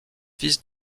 fils